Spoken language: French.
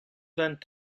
vingt